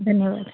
धन्यवाद